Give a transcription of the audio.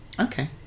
Okay